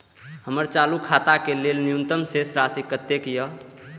हमर चालू खाता के लेल न्यूनतम शेष राशि कतेक या?